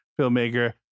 filmmaker